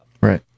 Right